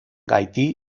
haití